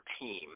team